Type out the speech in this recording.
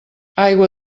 aigua